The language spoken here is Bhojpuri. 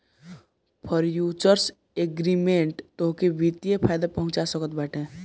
फ्यूचर्स एग्रीमेंट तोहके वित्तीय फायदा पहुंचा सकत बाटे